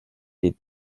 des